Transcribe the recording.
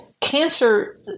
cancer